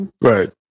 Right